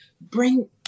bring